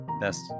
best